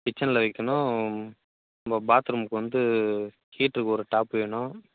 கிச்சனில் வைக்கணும் நம்ம பாத் ரூமுக்கு வந்து ஹீட்ருக்கு ஒரு டாப்பு வேணும்